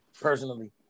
personally